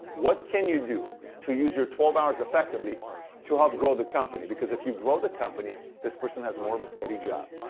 what can you do to use your twelve hours effectively to help grow the company? because if you grow the company, this person has more of a steady job.